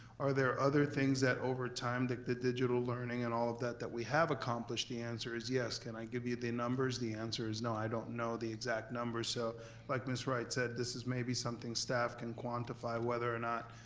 are there other things that, over time, like the digital learning and all of that that we have accomplished, the answer is yes. can i give you the numbers? the answer is no. i don't know the exact numbers. so like ms. wright said, this is maybe something staff can quantify whether or not